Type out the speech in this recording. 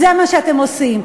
זה מה שאתם עושים.